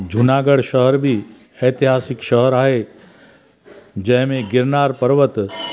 जूनागढ़ शहर बि ऐतिहासिक शहर आहे जंहिं में गिरनार पर्वत